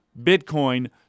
Bitcoin